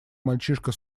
мальчишка